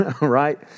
right